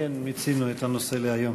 שמיצינו את הנושא להיום.